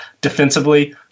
defensively